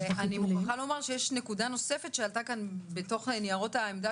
יש נקודה נוספת שעלתה כאן בניירות העמדה